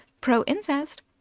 pro-incest